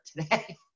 today